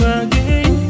again